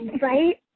Right